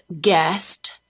guest